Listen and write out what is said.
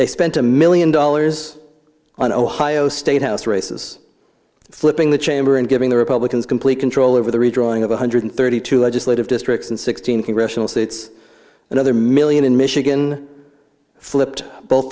they spent a million dollars on ohio state house races flipping the chamber and giving the republicans complete control over the redrawing of one hundred thirty two legislative districts and sixteen congressional seats another million in michigan flipped both